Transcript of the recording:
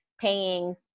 paying